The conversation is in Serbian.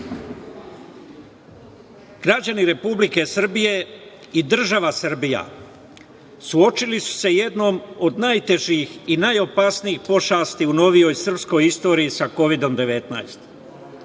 građani Republike Srbije i država Srbija suočili su se sa jednom od najtežih i najopasnijih pošasti u novijoj srpskoj istoriji, sa Kovidom